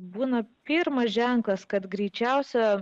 būna pirmas ženklas kad greičiausia